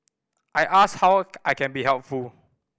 I ask how I can be helpful